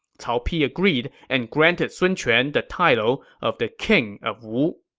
cao pi agreed and granted sun quan the title of the king of wu.